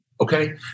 Okay